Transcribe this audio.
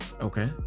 Okay